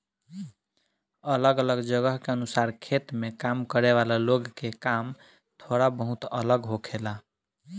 अलग अलग जगह के अनुसार खेत में काम करे वाला लोग के काम थोड़ा बहुत अलग होखेला